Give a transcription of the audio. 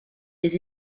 des